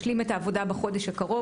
מאוד שאנחנו נשלים את העבודה בחודש הקרוב.